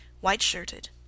white-shirted